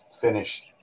finished